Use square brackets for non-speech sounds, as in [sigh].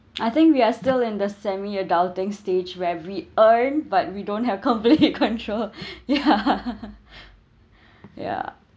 I think we are still in the semi adulting stage where we earned but we don't have complete [laughs] control [breath] ya [laughs] [breath] ya